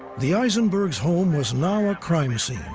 the aisenberg's home was now a crime scene.